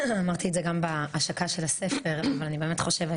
אמרתי את זה גם בהשקה של הספר אבל אני באמת חושבת